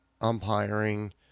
umpiring